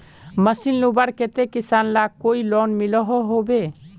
Machine लुबार केते किसान लाक कोई लोन मिलोहो होबे?